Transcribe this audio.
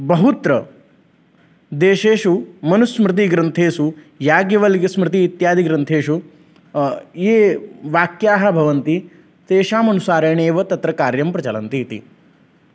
बहुत्र देशेषु मनुस्मृतिग्रन्थेषु याज्ञवल्क्यस्मृतिः इत्यादि ग्रन्थेषु ये वाक्यानि भवन्ति तेषाम् अनुसारेणैव तत्र कार्यं प्रचलन्ति इति